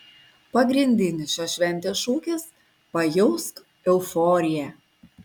pagrindinis šios šventės šūkis pajausk euforiją